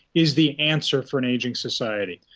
is the answer for an ageing society.